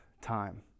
time